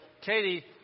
Katie